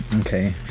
okay